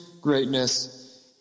greatness